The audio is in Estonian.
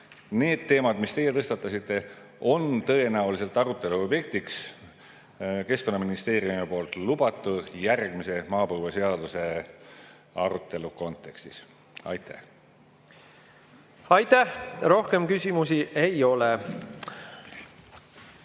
need teemad, mis teie tõstatasite, on tõenäoliselt arutelu objektiks Keskkonnaministeeriumi lubatud järgmise maapõueseaduse arutelu kontekstis. Aitäh! Rohkem küsimusi ei ole.